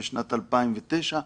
בשנת 2009,